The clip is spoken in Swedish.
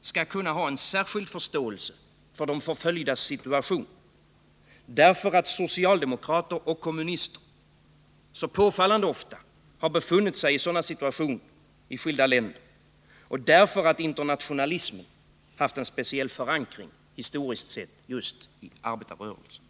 skall kunna ha en särskild förståelse för de förföljdas situation, därför att socialdemokrater och kommunister så påfallande ofta har befunnit sig i sådana situationer i skilda länder och därför att internationalismen historiskt sett har en speciell förankring just i arbetarrörelsen.